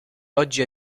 oggi